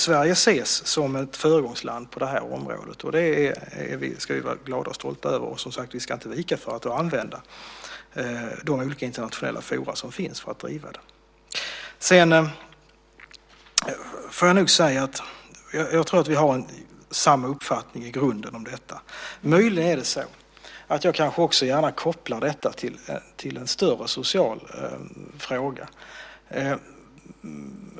Sverige ses alltså som ett föregångsland på det här området, och det ska vi vara glada och stolta över. Som sagt ska vi inte heller vika för att använda de olika internationella forum som finns för att driva dem. Jag tror att vi har samma uppfattning i grunden om detta. Möjligen är det så att jag också gärna kopplar detta till en större social fråga.